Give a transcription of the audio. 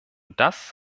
das